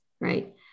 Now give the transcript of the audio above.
right